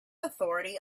authority